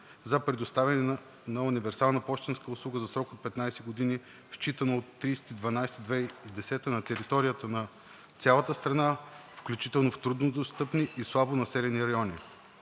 за предоставяне на универсална пощенска услуга за срок от 15 години, считано от 30 декември 2010 г. на територията на цялата страна, включително в труднодостъпни и слабо населени райони.